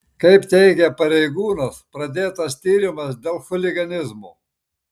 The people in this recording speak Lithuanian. kaip teigia pareigūnas pradėtas tyrimas dėl chuliganizmo